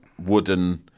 wooden